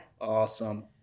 Awesome